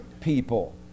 people